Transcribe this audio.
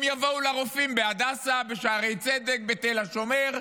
הם יבואו לרופאים בהדסה, בשערי צדק, בתל השומר,